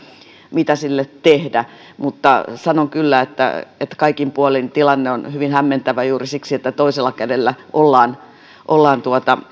mitä sille tehdä mutta sanon kyllä että että kaikin puolin tilanne on hyvin hämmentävä juuri siksi että toisella kädellä ollaan ollaan